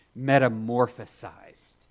metamorphosized